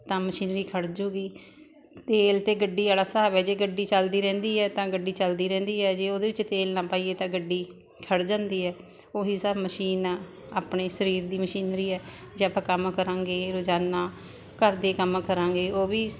ਤਾਂ ਮਸ਼ੀਨਰੀ ਖੜ੍ਹ ਜੂਗੀ ਤੇਲ 'ਤੇ ਗੱਡੀ ਵਾਲਾ ਹਿਸਾਬ ਹੈ ਜੇ ਗੱਡੀ ਚੱਲਦੀ ਰਹਿੰਦੀ ਹੈ ਤਾਂ ਗੱਡੀ ਚੱਲਦੀ ਰਹਿੰਦੀ ਹੈ ਜੇ ਉਹਦੇ ਵਿੱਚ ਤੇਲ ਨਾਲ ਪਾਈਏ ਤਾਂ ਗੱਡੀ ਖੜ੍ਹ ਜਾਂਦੀ ਹੈ ਉਹ ਹੀ ਹਿਸਾਬ ਮਸ਼ੀਨ ਆਪਣੇ ਸਰੀਰ ਦੀ ਮਸ਼ੀਨਰੀ ਹੈ ਜੇ ਆਪਾਂ ਕੰਮ ਕਰਾਂਗੇ ਰੋਜ਼ਾਨਾ ਘਰ ਦੇ ਕੰਮ ਕਰਾਂਗੇ ਉਹ ਵੀ